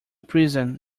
prison